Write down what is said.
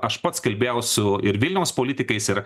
aš pats kalbėjau su ir vilniaus politikais ir